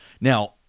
Now